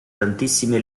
tantissime